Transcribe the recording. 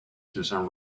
susan